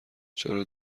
چرا